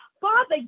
father